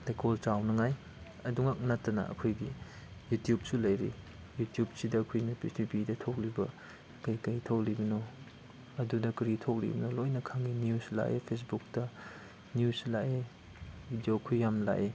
ꯂꯩꯀꯣꯜ ꯆꯥꯎꯅꯉꯥꯏ ꯑꯗꯨꯉꯥꯛ ꯅꯠꯇꯅ ꯑꯩꯈꯣꯏꯒꯤ ꯌꯨꯇꯨꯞꯁꯨ ꯂꯩꯔꯤ ꯌꯨꯇꯨꯞꯁꯤꯗ ꯑꯩꯈꯣꯏꯅ ꯄ꯭ꯔꯤꯊꯤꯕꯤꯗ ꯊꯣꯛꯂꯤꯕ ꯀꯩ ꯀꯩ ꯊꯣꯛꯂꯤꯕꯅꯣ ꯑꯗꯨꯗ ꯀꯔꯤ ꯊꯣꯛꯂꯤꯕꯅꯣ ꯂꯣꯏꯅ ꯈꯪꯉꯤ ꯅ꯭ꯌꯨꯖ ꯂꯥꯛꯏ ꯐꯦꯁꯕꯨꯛꯇ ꯅ꯭ꯌꯨꯖ ꯂꯥꯛꯑꯦ ꯚꯤꯗꯤꯑꯣꯈꯣꯏ ꯌꯥꯝꯅ ꯂꯥꯛꯑꯦ